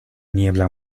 niebla